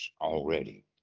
already